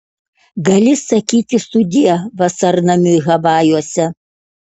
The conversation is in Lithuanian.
gali sakyti sudie vasarnamiui havajuose